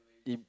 it